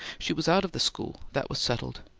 she was out of the school that was settled.